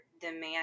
demand